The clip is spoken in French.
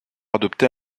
adopter